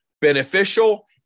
beneficial